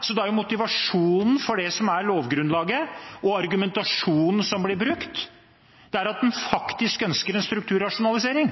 Så da er motivasjonen for lovgrunnlaget – og argumentasjonen som blir brukt – at en faktisk ønsker en strukturrasjonalisering.